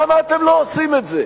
למה אתם לא עושים את זה?